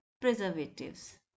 preservatives